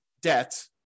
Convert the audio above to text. debt